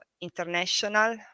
international